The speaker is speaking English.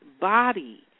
body